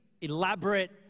elaborate